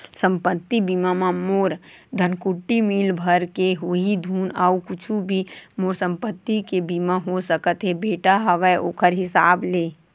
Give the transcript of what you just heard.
संपत्ति बीमा म मोर धनकुट्टी मील भर के होही धुन अउ कुछु भी मोर संपत्ति के बीमा हो सकत हे बेटा हवय ओखर हिसाब ले?